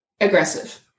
aggressive